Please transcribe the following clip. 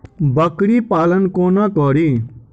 बकरी पालन कोना करि?